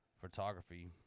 photography